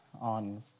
on